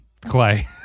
Clay